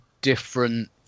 different